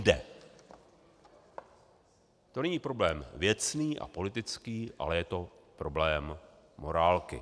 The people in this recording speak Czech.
To není problém věcný a politický, ale je to problém morálky.